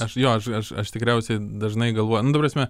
aš jo aš aš tikriausiai dažnai galvoju nu ta prasme